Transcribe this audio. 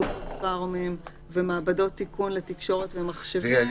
סופר-פארם ומעבדות תיקון לתקשורת ומחשבים.